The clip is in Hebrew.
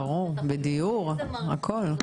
דיור והכל.